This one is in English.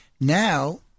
now